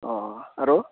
অঁ আৰু